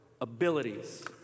abilities